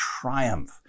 triumph